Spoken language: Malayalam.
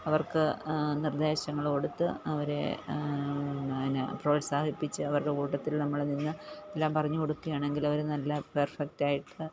അവർക്ക് നിർദ്ദേശങ്ങൾ കൊടുത്ത് അവരെ പിന്നെ പ്രോത്സാഹിപ്പിച്ച് അവരുടെ കൂട്ടത്തിൽ നമ്മൾ നിന്ന് എല്ലാം പറഞ്ഞുകൊടുക്കുകയാണെങ്കിൽ അവർ നല്ല പെർഫെക്റ്റ് ആയിട്ട്